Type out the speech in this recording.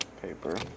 paper